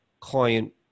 client